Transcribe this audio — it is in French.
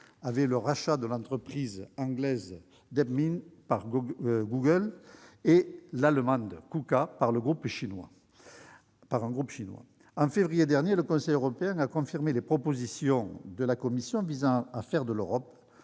avec le rachat de l'entreprise anglaise DeepMind par Google et de l'allemande Kuka par un groupe chinois. En février dernier, le Conseil européen a confirmé les propositions de la Commission visant à faire de l'Europe